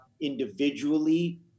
individually